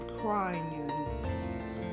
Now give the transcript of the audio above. crying